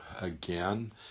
again